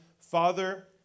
Father